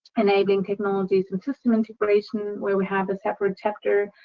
in aiding technologies with system integration, where we have this separate chapter.